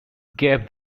gave